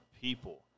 people